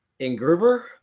Ingruber